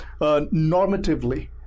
normatively